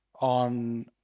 on